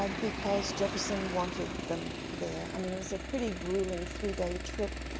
um because jefferson wanted them there. i mean, it was a pretty grueling three-day trip,